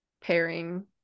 pairing